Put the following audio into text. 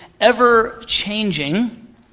ever-changing